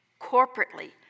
corporately